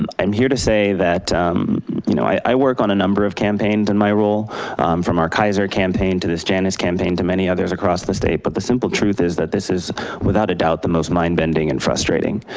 um i'm here to say that you know it work on a number of campaigns in my role from our kaiser campaign to this janus campaign to many others across the state, but the simple truth is that this is without a doubt the most mind bending and frustrating.